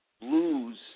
blues